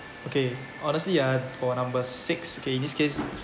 okay honestly ah for number six okay in this case